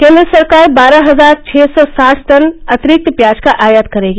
केंद्र सरकार बारह हजार छह सौ साठ टन अतिरिक्त प्याज का आयात करेगी